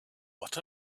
what